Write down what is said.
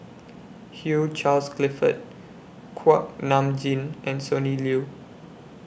Hugh Charles Clifford Kuak Nam Jin and Sonny Liew